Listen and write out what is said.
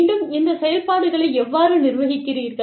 மீண்டும் இந்த செயல்பாடுகளை எவ்வாறு நிர்வகிக்கிறீர்கள்